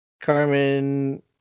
Carmen